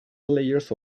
layers